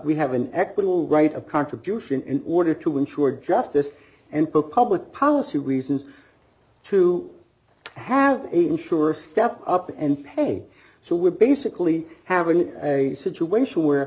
we have an equitable right of contribution in order to ensure justice and took public policy reasons to have ensured step up and pay so we're basically having a situation where